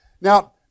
Now